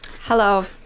Hello